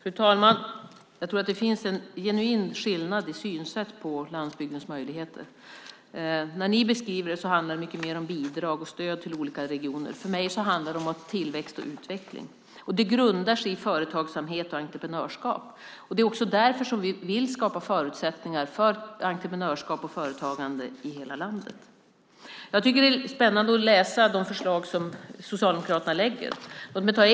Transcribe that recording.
Fru talman! Jag tror att det är en genuin skillnad i synsättet när det gäller landsbygdens möjligheter. När ni beskriver det handlar det mycket om bidrag och stöd till olika regioner, för mig handlar det om tillväxt och utveckling. Det grundar sig i företagsamhet och entreprenörskap. Därför vill vi skapa förutsättningar för entreprenörskap och företagande i hela landet. Jag tycker att det är spännande att läsa de förslag som Socialdemokraterna lägger fram.